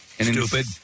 Stupid